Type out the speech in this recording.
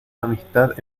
amistad